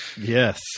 Yes